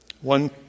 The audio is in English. One